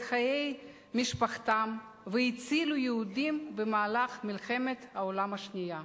חיי משפחתם והצילו יהודים במלחמת העולם השנייה.